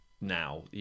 now